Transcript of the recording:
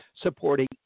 supporting